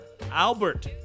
Albert